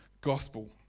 gospel